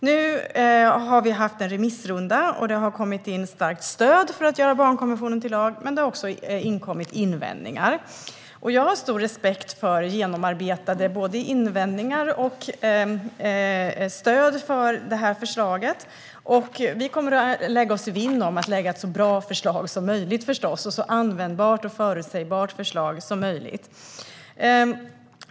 Nu har vi haft en remissrunda. Det har kommit in starkt stöd för att göra barnkonventionen till lag, men det har också inkommit invändningar. Jag har stor respekt både för de genomarbetade invändningarna och för det stöd som finns för detta förslag. Vi kommer att vinnlägga oss om att lägga fram ett så bra, användbart och förutsägbart förslag som möjligt.